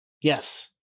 Yes